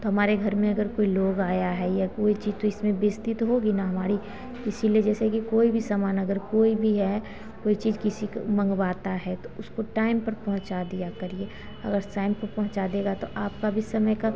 तो हमारे घर में अगर कोई लोग आया है या कोई चीज़ तो इसमें बेइज्ज्ती तो होगी ना हमारी इसीलिए जैसे कि कोई भी सामान अगर कोई भी है कोई चीज़ किसी का मँगवाता है तो उसको टाइम पर पहुँचा दिया करिए अगर टाइम पर पहुँचा देगा तो आपका भी समय की